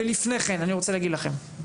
ולפני כן אני רוצה להגיד לכם.